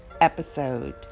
episode